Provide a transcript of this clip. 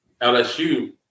LSU –